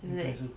对不对